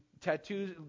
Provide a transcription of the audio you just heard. tattoos